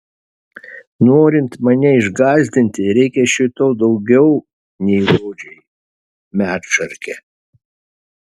norint mane išgąsdinti reikia šio to daugiau nei žodžiai medšarke